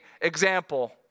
example